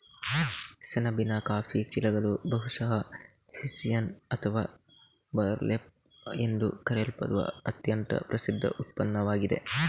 ಸೆಣಬಿನ ಕಾಫಿ ಚೀಲಗಳು ಬಹುಶಃ ಹೆಸ್ಸಿಯನ್ ಅಥವಾ ಬರ್ಲ್ಯಾಪ್ ಎಂದು ಕರೆಯಲ್ಪಡುವ ಅತ್ಯಂತ ಪ್ರಸಿದ್ಧ ಉತ್ಪನ್ನವಾಗಿದೆ